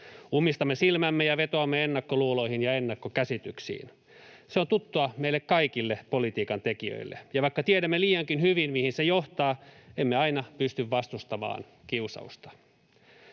Ummistamme silmämme ja vetoamme ennakkoluuloihin ja ennakkokäsityksiin. Se on tuttua meille kaikille politiikantekijöille. Ja vaikka tiedämme liiankin hyvin, mihin se johtaa, emme aina pysty vastustamaan kiusausta.